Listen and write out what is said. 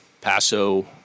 Paso